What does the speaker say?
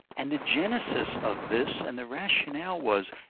and the genesis of this, and the rationale was,